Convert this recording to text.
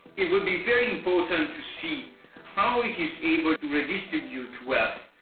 it would be very important to see how it is able to redistribute wealth,